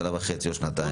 שנה וחצי או שנתיים?